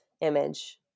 image